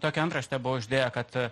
tokią antraštę buvo uždėję kad